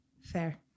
Fair